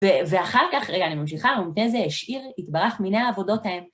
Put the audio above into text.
ואחר כך, רגע, אני ממשיכה, ולפני זה, השאיר, התברך, מיני עבודות ה...